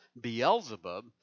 Beelzebub